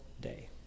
day